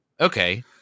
okay